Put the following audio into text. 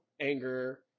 anger